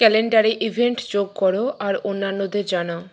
ক্যালেণ্ডারে event যোগ করো আর অন্যান্যদের জানাও